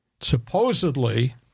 supposedly